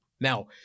Now